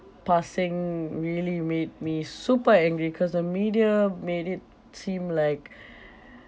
passing really made me super angry cause the media made it seem like